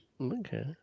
Okay